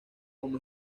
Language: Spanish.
como